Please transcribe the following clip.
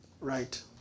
right